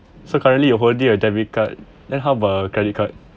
so currently you holding a debit card then how about credit card